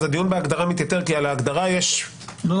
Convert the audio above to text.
אז הדיון בהגדרה מתייתר כי על ההגדרה יש --- לא,